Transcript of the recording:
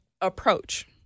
Approach